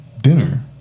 dinner